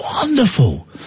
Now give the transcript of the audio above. wonderful